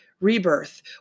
rebirth